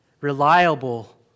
reliable